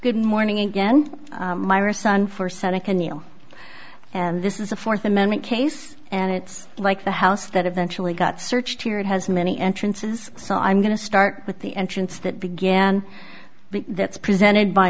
good morning again myra sun for seneca new and this is a fourth amendment case and it's like the house that eventually got searched here it has many entrances so i'm going to start with the entrance that began that's presented by